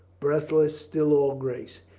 breathless, still all grace.